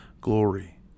glory